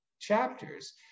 Chapters